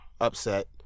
upset